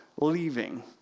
leaving